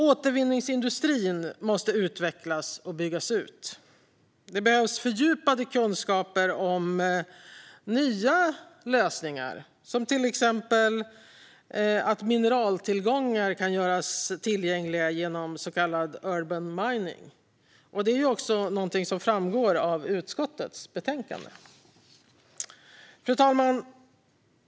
Återvinningsindustrin måste utvecklas och byggas ut. Det behövs fördjupade kunskaper om nya lösningar, till exempel att mineraltillgångar kan göras tillgängliga genom så kallad urban mining. Det är någonting som framgår av utskottets betänkande. Fru talman!